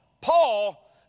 Paul